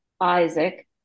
Isaac